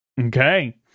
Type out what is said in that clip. Okay